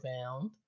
found